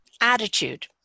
Attitude